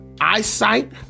eyesight